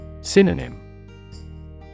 Synonym